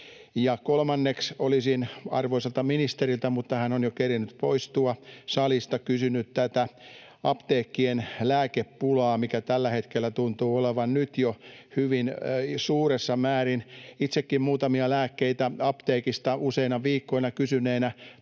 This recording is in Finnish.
kolmanneksi olisin kysynyt arvoisalta ministeriltä, mutta hän on jo kerennyt poistua salista, tätä apteekkien lääkepulaa, mikä tällä hetkellä tuntuu olevan nyt jo hyvin suuressa määrin. Itsellekin muutamia lääkkeitä apteekista useina viikkoina kysyneenä